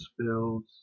spills